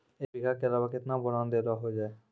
एक बीघा के अलावा केतना बोरान देलो हो जाए?